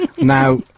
now